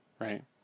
right